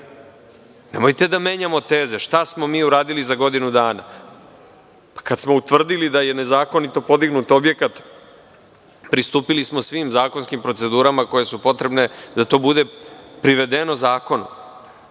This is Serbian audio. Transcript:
objekat? Nemojte da menjamo teze. Šta smo mi uradili za godinu dana? Kada smo utvrdili da je nezakonito podignut objekat, pristupili smo svim zakonskim procedurama koje su potrebne da to bude privedeno zakonu.